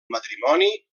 matrimoni